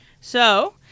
So-